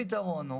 הפיתרון הוא